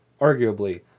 arguably